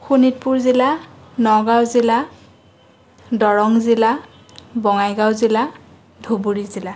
শোণিতপুৰ জিলা নগাঁও জিলা দৰং জিলা বঙাইগাঁও জিলা ধুবুৰী জিলা